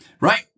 right